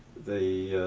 the